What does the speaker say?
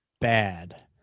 bad